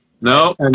No